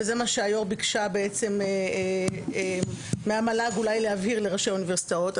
וזה מה שהיו"ר ביקשה בעצם מהמל"ג אולי להבהיר לראשי האוניברסיטאות.